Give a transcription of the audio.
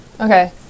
Okay